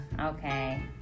okay